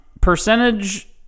percentage